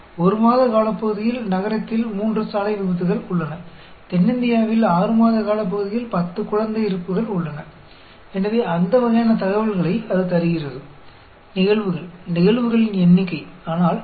लेकिन exponential distribution आपको घटनाओं के बीच का समय देता है अगली घटना घटित होने में कितना समय लगेगा यह उस समय की तरह है